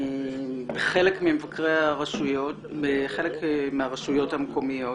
חלק ממבקרי הרשויות, בחלק מהרשויות המקומיות,